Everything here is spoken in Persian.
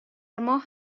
ماه